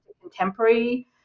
contemporary